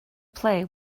play